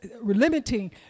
limiting